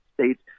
States